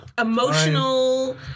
emotional